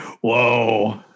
whoa